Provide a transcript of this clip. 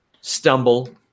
stumble